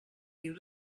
you